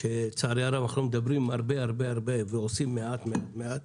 שלצערי אנחנו מדברים הרבה-הרבה, ועושים מעט-מעט.